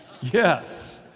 Yes